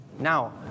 Now